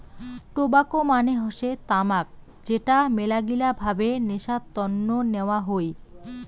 tobacco মানে হসে তামাক যেটা মেলাগিলা ভাবে নেশার তন্ন নেওয়া হই